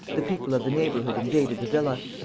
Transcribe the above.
the people of the neighbourhood invaded the villa.